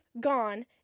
gone